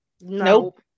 Nope